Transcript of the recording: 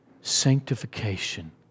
sanctification